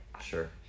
Sure